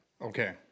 Okay